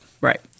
Right